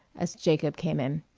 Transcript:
as jacob came in.